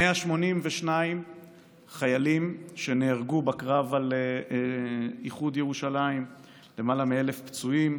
182 חיילים שנהרגו בקרב על איחוד ירושלים ולמעלה מ-1,000 פצועים.